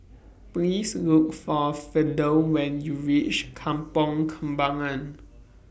Please Look For Fidel when YOU REACH Kampong Kembangan